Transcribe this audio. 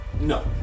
No